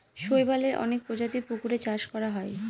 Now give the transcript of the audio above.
শৈবালের অনেক প্রজাতির পুকুরে চাষ করা হয়